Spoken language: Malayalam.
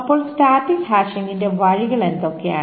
അപ്പോൾ സ്റ്റാറ്റിക് ഹാഷിംഗിന്റെ വഴികൾ എന്തൊക്കെയാണ്